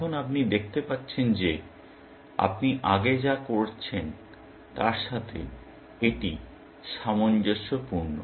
এখন আপনি দেখতে পাচ্ছেন যে আপনি আগে যা করছেন তার সাথে এটি সামঞ্জস্যপূর্ণ